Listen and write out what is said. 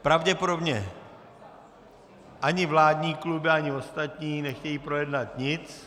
Pravděpodobně ani vládní kluby, ani ostatní nechtějí projednat nic...